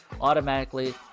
Automatically